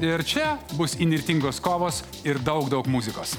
ir čia bus įnirtingos kovos ir daug daug muzikos